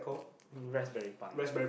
raspberry pie